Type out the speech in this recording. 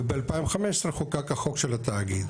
וב-2015 חוקק החוק של התאגיד.